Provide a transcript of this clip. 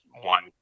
one